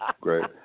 great